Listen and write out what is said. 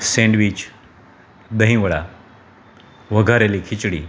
sandwich દહીંવડા વઘારેલી ખિચડી